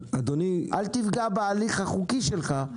אל תפגע בהליך החוקי שלך.